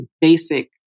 basic